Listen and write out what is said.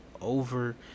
over